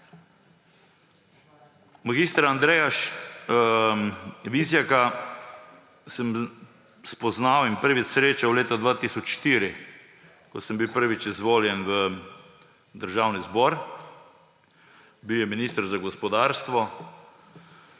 Mag. Andreja Vizjaka sem spoznal in prvič srečal leta 2004, ko sem bil prvič izvoljen v Državni zbor, bil je minister za gospodarstvo.